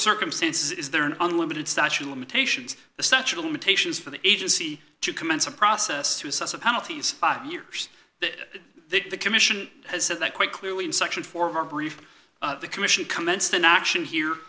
circumstances is there an unlimited statue of limitations the statute of limitations for the agency to commence a process to assess of penalties five years the commission has said that quite clearly in section four of our brief the commission commenced an action here